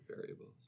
variables